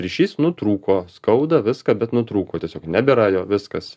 ryšys nutrūko skauda viską bet nutrūko tiesiog nebėra jo viskas